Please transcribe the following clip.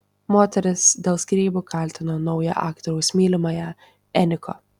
moteris dėl skyrybų kaltino naują aktoriaus mylimąją eniko